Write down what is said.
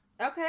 Okay